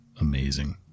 amazing